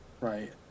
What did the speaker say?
right